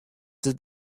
dit